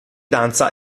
danza